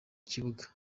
kibuga